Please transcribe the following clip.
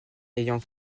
ayant